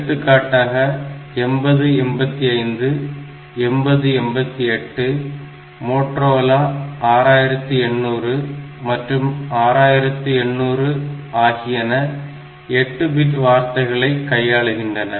எடுத்துக்காட்டாக 8085 8088 மோட்டரோலா 6800 மற்றும் 6800 ஆகியன 8 பிட் வார்த்தைகளை கையாளுகின்றன